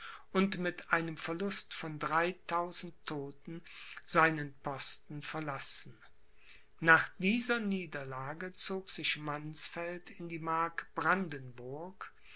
und mit einem verlust von dreitausend todten seinen posten verlassen nach dieser niederlage zog sich mannsfeld in die